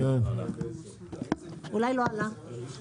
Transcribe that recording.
אולי לא עלה?